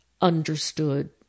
understood